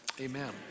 amen